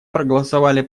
проголосовали